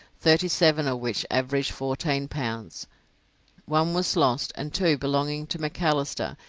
thirty-seven of which averaged fourteen pounds one was lost, and two belonging to macalister,